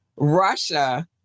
Russia